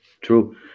True